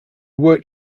worked